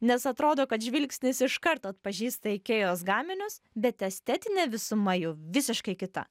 nes atrodo kad žvilgsnis iš karto atpažįsta ikėjos gaminius bet estetinė visuma jau visiškai kita